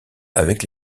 avec